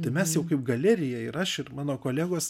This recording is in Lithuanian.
tai mes jau kaip galerija ir aš ir mano kolegos